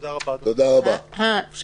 תודה רבה, אדוני.